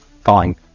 Fine